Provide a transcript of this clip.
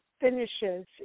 finishes